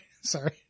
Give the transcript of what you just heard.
sorry